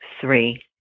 three